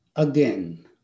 Again